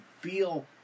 feel